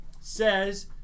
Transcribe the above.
says